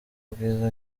bwiza